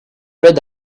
read